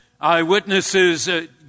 Eyewitnesses